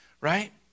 right